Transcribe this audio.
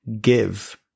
give